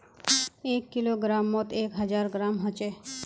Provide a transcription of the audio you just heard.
एक किलोग्रमोत एक हजार ग्राम होचे